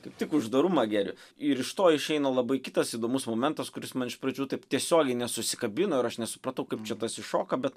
kaip tik uždarumą geriu ir iš to išeina labai kitas įdomus momentas kuris iš pradžių taip tiesiogiai nesusikabino ir aš nesupratau kaip čia tas iššoka bet